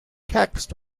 texts